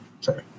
Sorry